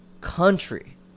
country